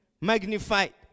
magnified